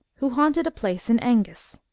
who haunted a place in angus.